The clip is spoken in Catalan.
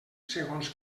segons